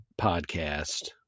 podcast